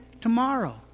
tomorrow